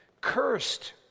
Cursed